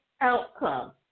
outcome